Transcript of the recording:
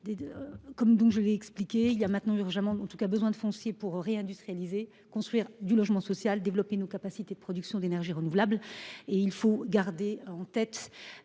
dans le temps, il y a urgemment besoin de foncier pour réindustrialiser, construire du logement social et développer nos capacités de production d’énergies renouvelables, il faut garder en tête